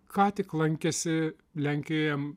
ką tik lankėsi lenkijoje